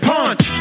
Punch